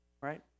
right